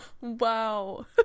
Wow